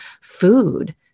food